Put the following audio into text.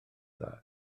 dda